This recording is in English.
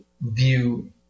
view